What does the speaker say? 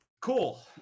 Cool